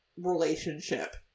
relationship